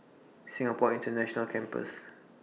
Singapore International Campus